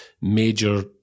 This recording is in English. major